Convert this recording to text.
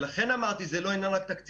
לכן אמרתי שזה לא רק עניין תקציבי,